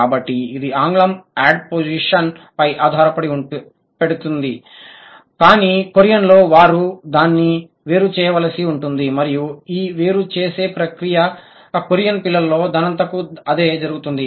కాబట్టి ఇది ఆంగ్లంలో యాడిపోజిషన్ పై మాత్రమే దృష్టి పెడుతుంది కానీ కొరియన్ లో వారు దాన్ని వేరుచేయవలసి ఉంటుంది మరియు ఈ వేరు చేసే ప్రక్రియ కొరియన్ పిల్లలలో దానంతకు అదే జరుగుతుంది